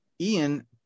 Ian